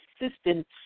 assistance